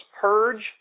purge